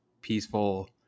peaceful